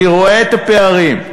אני רואה את הפערים.